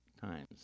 times